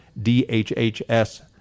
DHHS